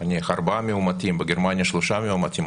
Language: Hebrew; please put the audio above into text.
ארבעה מאומתים, בגרמניה שלושה מאומתים.